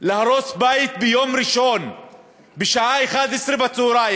להרוס בית ביום ראשון בשעה 11:00,